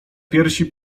piersi